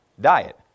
diet